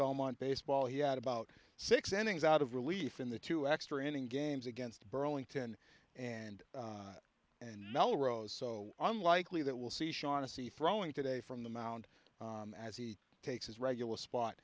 belmont baseball he had about six innings out of relief in the two extra inning games against burlington and and melrose so unlikely that we'll see shaughnessy throwing today from the mound as he takes his regular spot